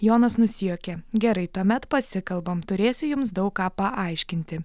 jonas nusijuokė gerai tuomet pasikalbam turėsiu jums daug ką paaiškinti